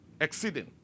Exceeding